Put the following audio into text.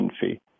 fee